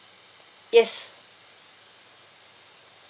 yes